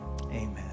amen